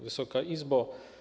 Wysoka Izbo!